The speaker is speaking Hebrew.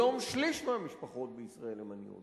היום שליש מהמשפחות בישראל הן עניות.